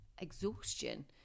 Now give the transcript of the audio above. exhaustion